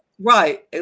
Right